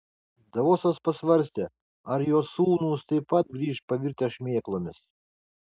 davosas pasvarstė ar jo sūnūs taip pat grįš pavirtę šmėklomis